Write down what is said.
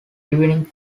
evening